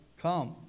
Come